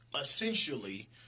essentially